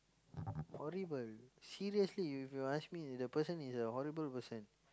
horrible seriously if you ask me the person is a horrible person